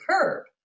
curb